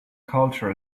culture